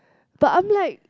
but I'm like